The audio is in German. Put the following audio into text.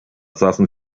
saßen